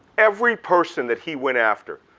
every person that he went after,